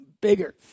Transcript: bigger